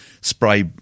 spray